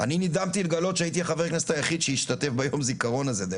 אני נדהמתי לגלות שהייתי חבר הכנסת היחיד שהשתתף ביום הזיכרון הזה.